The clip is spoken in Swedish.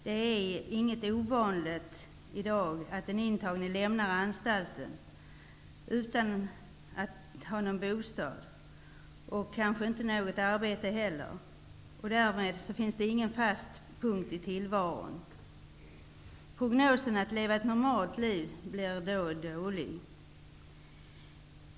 Det är i dag inte ovanligt att den intagne lämnar anstalten utan att ha någon bostad eller något arbete. Därmed har den frigivne ingen fast punkt i tillvaron. Prognosen att leva ett normalt liv blir då dålig.